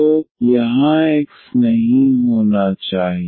तो यहां एक्स नहीं होना चाहिए